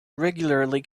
regularly